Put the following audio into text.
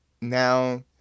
now